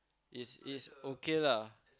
it's it's okay lah